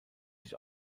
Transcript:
sich